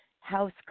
house